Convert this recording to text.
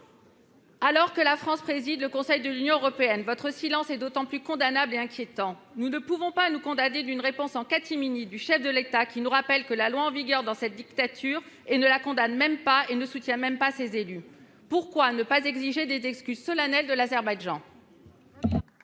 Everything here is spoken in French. Alors que la France préside le Conseil de l'Union européenne, le silence du Gouvernement est d'autant plus condamnable et inquiétant. Nous ne pouvons pas nous contenter d'une réponse en catimini du chef de l'État, qui nous rappelle la loi en vigueur dans cette dictature, ne la condamne même pas et ne soutient pas ses élus. Pourquoi ne pas exiger des excuses solennelles de l'Azerbaïdjan ?